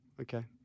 Okay